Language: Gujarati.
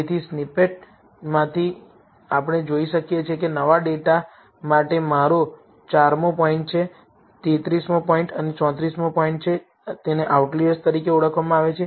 તેથી સ્નિપેટમાંથી આપણે જોઈ શકીએ કે નવા ડેટા માટે મારો 4 મો પોઇન્ટ છે 33 મો પોઇન્ટ અને 34 મો પોઇન્ટ છે તેને આઉટલિઅર્સ તરીકે ઓળખવામાં આવે છે